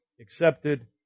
accepted